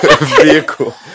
Vehicle